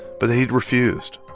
but that he'd refused,